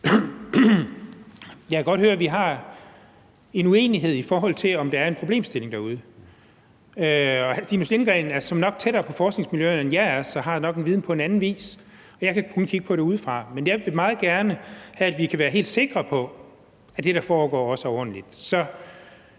Jeg kan godt høre, at vi har en uenighed i forhold til, om der er en problemstilling derude. Hr. Stinus Lindgreen er såmænd nok tættere på forskningsmiljøerne, end jeg er. Jeg har nok en viden på en anden vis, og jeg kan kun kigge på det udefra, men jeg vil meget gerne have, at vi kan være helt sikre på, at det, der foregår, også er ordentligt.